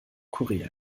korea